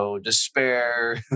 despair